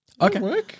Okay